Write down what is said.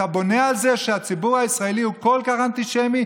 אתה בונה על זה שהציבור הישראלי הוא כל כך אנטישמי,